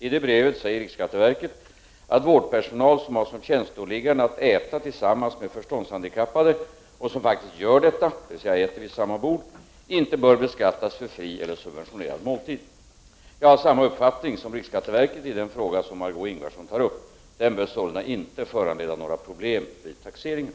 I detta brev säger riksskatteverket att vårdpersonal som har som tjänståliggande att äta tillsammans med förståndshandikappade och som faktiskt gör detta inte bör beskattas för fri eller subventionerad måltid. Jag har samma uppfattning som riksskatteverket i den fråga som Margö Ingvardsson tar upp. Frågan bör sålunda inte föranleda några problem vid taxeringen.